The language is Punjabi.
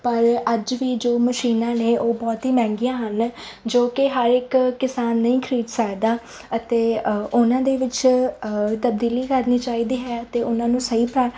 ਪਰ ਅੱਜ ਵੀ ਜੋ ਮਸ਼ੀਨਾਂ ਨੇ ਉਹ ਬਹੁਤ ਹੀ ਮਹਿੰਗੀਆਂ ਹਨ ਜੋ ਕਿ ਹਰ ਇੱਕ ਕਿਸਾਨ ਨਹੀਂ ਖਰੀਦ ਸਕਦਾ ਅਤੇ ਉਹਨਾਂ ਦੇ ਵਿੱਚ ਤਬਦੀਲੀ ਕਰਨੀ ਚਾਹੀਦੀ ਹੈ ਅਤੇ ਉਹਨਾਂ ਨੂੰ ਸਹੀ ਪ੍ਰਾ